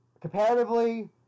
comparatively